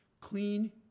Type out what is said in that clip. Clean